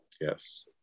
Yes